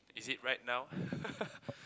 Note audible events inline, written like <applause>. is it right now <laughs>